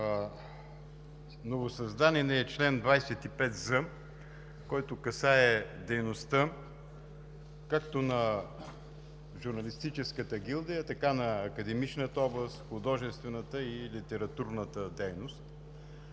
новосъздадения чл. 25з, който касае дейността както на журналистическата гилдия, така и на академичната област, художествената и литературната дейност.